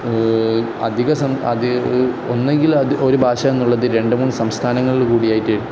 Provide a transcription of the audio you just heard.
അധിക ഒന്നെങ്കിൽ അത് ഒരു ഭാഷ എന്നുള്ളത് രണ്ട് മൂന്ന് സംസ്ഥാനങ്ങളിൽ കൂടിയായിട്ട്